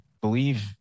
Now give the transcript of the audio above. believe